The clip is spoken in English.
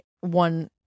one